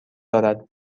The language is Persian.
دارد